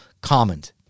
comment